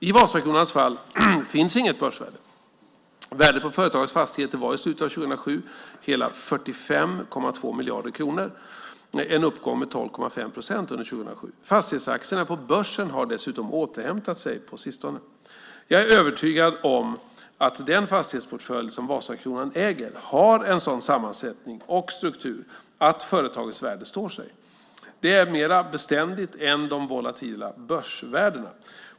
I Vasakronans fall finns inget börsvärde. Värdet på företagets fastigheter var vid slutet av 2007 hela 45,2 miljarder kronor, en uppgång med 12,5 procent under år 2007. Fastighetsaktierna på börsen har dessutom återhämtat sig på sistone. Jag är övertygad om att den fastighetsportfölj som Vasakronan äger har en sådan sammansättning och struktur att företagets värde står sig. Det är mer beständigt än de volatila börsvärdena.